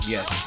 Yes